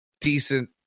decent